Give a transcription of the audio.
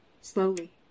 slowly